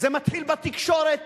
זה מתחיל בתקשורת.